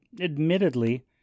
admittedly